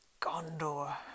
Gondor